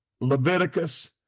Leviticus